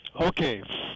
Okay